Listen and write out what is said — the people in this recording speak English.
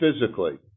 physically